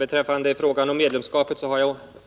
Herr talman! Vad beträffar medlemskapet